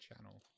channel